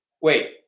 Wait